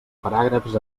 paràgrafs